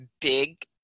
big